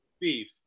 Beef